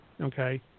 okay